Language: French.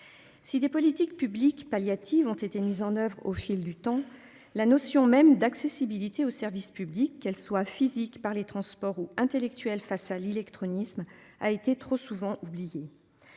Si des politiques publiques palliatives ont été mises en oeuvre au fil du temps la notion même d'accessibilité aux services publics, qu'elles soient physiques par les transports ou intellectuelle face à l'île électroniquement a été trop souvent oubliées.